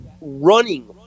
running